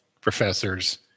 professors